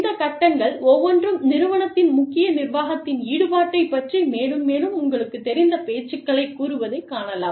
இந்த கட்டங்கள் ஒவ்வொன்றும் நிறுவனத்தின் முக்கிய நிர்வாகத்தின் ஈடுபாட்டைப் பற்றி மேலும் மேலும் உங்களுக்குத் தெரிந்த பேச்சுக்களைக் கூறுவதை காணலாம்